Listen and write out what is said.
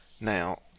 Now